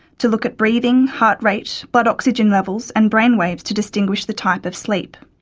to look at breathing, heart rate, blood oxygen levels and brainwaves to distinguish the type of sleep.